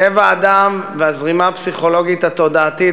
טבע האדם והזרימה הפסיכולוגית התודעתית